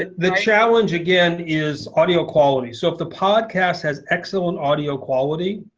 ah the challenge, again, is audio quality. so if the podcast has excellent audio quality,